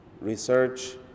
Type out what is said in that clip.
research